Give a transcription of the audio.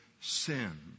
sin